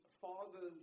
fathers